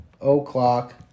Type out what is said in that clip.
o'clock